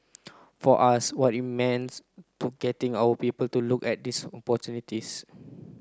for us what it means to getting our people to look at this opportunities